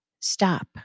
Stop